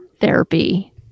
therapy